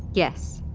yes,